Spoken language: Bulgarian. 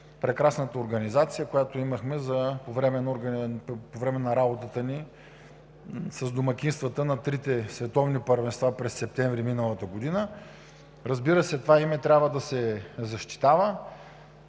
прекрасната организация, която имахме по време на работата ни с домакинствата на трите световни първенства през септември миналата година. Продължаваме напред тази година